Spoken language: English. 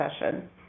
session